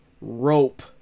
rope